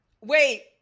Wait